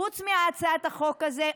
חוץ מהצעת החוק הזאת,